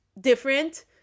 different